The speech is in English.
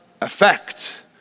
effect